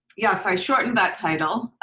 yes i shortened that title.